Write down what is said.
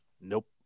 nope